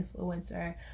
influencer